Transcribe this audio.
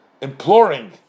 imploring